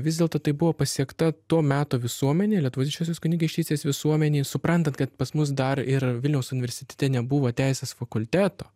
vis dėlto tai buvo pasiekta to meto visuomenė lietuvos didžiosios kunigaikštystės visuomenėj suprantant kad pas mus dar ir vilniaus universitete nebuvo teisės fakulteto